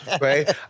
right